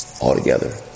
altogether